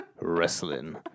wrestling